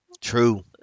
true